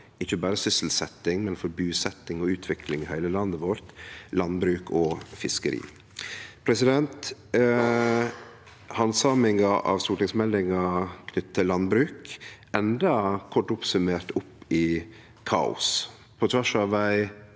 ikkje berre for sysselsetjing, men for busetjing og utvikling i heile landet vårt: landbruk og fiskeri. Handsaminga av stortingsmeldinga knytt til landbruk enda, kort oppsummert, opp i kaos – trass i ei